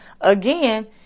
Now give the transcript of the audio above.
Again